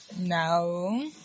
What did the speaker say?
No